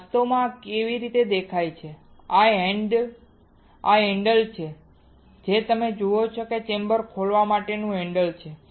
તો વાસ્તવમાં તે આ રીતે દેખાય છે આ તે હેન્ડલ છે જે તમે જુઓ છો તે ચેમ્બર ખોલવા માટેનું હેન્ડલ છે